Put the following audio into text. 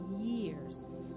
years